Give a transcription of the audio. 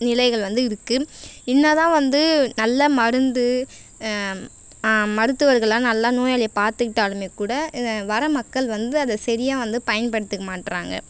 நிலைகள் வந்து இருக்குது என்னா தான் வந்து நல்ல மருந்து மருத்துவர்களெல்லாம் நல்லா நோயாளியை பார்த்துக்கிட்டாலுமேக்கூட இதை வர மக்கள் வந்து அதை சரியா வந்து பயன்படுத்திக்க மாட்டுறாங்க